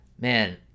man